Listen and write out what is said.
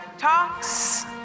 Talks